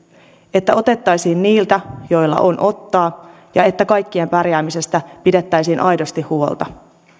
että otettaisiin niiltä joilla on mistä ottaa ja että kaikkien pärjäämisestä pidettäisiin aidosti huolta